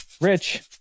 Rich